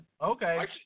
Okay